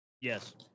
Yes